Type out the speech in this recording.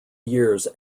years